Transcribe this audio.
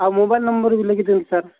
ଆଉ mobile number ବି ଲେଖି ଦିଅନ୍ତୁ ସାର୍